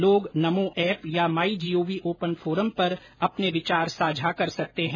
लोग नमो एप या my GOV open forum पर अपने विचार साझा कर सकते हैं